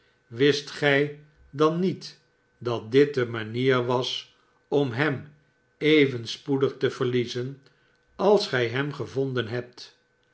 wist gij dan niet dat dit de manier was om hem even spoedig te verliezen als gij hem gevonden hebt